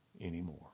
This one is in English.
anymore